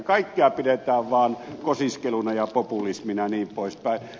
kaikkea pidetään vaan kosiskeluna ja populismina jnp